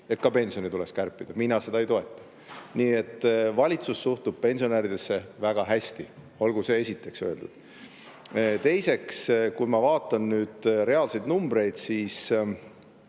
et ka pensione tuleks kärpida. Mina seda ei toeta. Nii et valitsus suhtub pensionäridesse väga hästi. Olgu see esiteks öeldud. Teiseks, kui ma vaatan nüüd reaalseid numbreid, siis